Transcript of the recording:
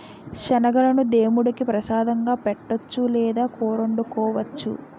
శనగలను దేముడికి ప్రసాదంగా పెట్టొచ్చు లేదా కూరొండుకోవచ్చు